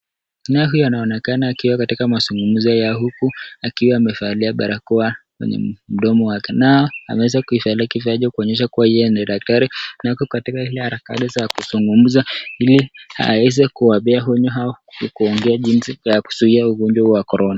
Naye huyu anaonekana akiwa katika mazungumzo ya huku akiwa amevalia barakoa kwenye mdomo wake na ameweza kuvalia kifaa hicho kuonyesha kuwa yeye ni daktari na yuko katika ile harakati ya kuzungumza ili aweze kuwapea onyo hao na kuwaambia jinsi ya kuzuia korona.